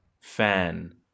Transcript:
fan